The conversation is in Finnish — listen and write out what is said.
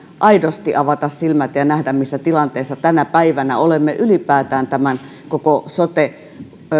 aidosti avata silmät ja nähdä missä tilanteessa tänä päivänä olemme ylipäätään koko tämän sote